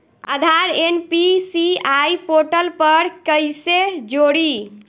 आधार NPCI portal पर कईसे जोड़ी?